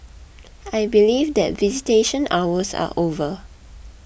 I believe that visitation hours are over